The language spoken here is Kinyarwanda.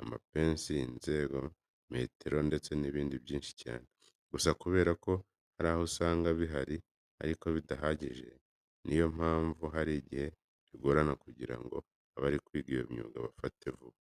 amapensi, inzego, metero ndetse n'ibindi byinshi cyane. Gusa kubera ko hari aho usanga bihari ariko bidahagije, ni yo mpamvu hari igihe bigorana kugira ngo abari kwiga iyo myuga babifate vuba.